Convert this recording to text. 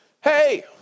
hey